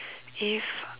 if